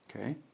Okay